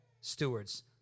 stewards